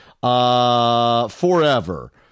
Forever